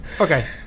Okay